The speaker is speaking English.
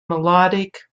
melodic